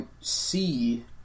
see